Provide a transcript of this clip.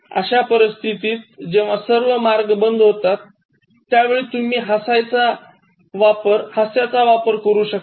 अश्या परिस्थितीत जेव्हा सर्व मार्ग बंद होतात त्यावेळी तुम्ही हसायचं वापर करू शकता